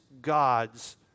God's